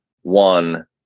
one